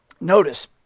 Notice